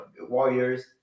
warriors